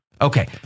Okay